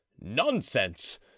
nonsense